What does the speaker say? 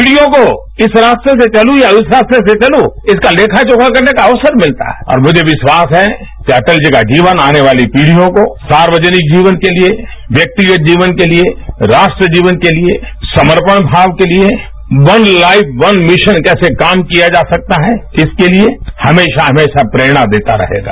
पीढ़ियो को इस रास्ते से चलूं या उस रास्ते से चलूं इसका लेखा जोखा करने का अवसर मिलता है और मुझे विखास है कि अटल जी का जीवन आने वाली पीढ़ियों को सार्वजनिक जीवन के लिए व्यक्ति के जीवन के लिए राष्ट्र जीवन के लिए समर्पण भाव के लिए वन लाइफ वन मिशन कैसे काम किया जा सकता है इसके लिए हमेशा हमेशा प्रेरणा देता रहेगा